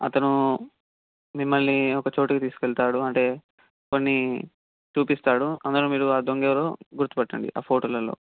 అతను మిమ్మల్ని ఒక చోటుకి తీసుకెళతాడు అంటే కొన్ని చూపిస్తాడు అందులో మీరు ఆ దొంగ ఎవరో గుర్తుపట్టండి ఆ ఫోటోలల్లో